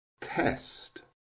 Test